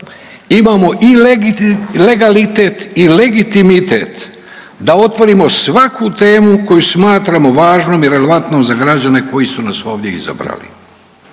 imamo i legalitet i legitimitet da otvorimo svaku temu koju smatramo važnom i relevantnom za građane koji su nas ovdje izabrali.